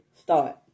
start